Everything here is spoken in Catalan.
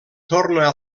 torna